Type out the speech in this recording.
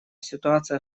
ситуация